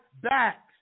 back